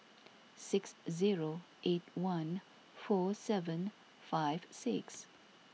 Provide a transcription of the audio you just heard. six zero eight one four seven five six